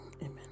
Amen